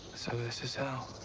so this is hell.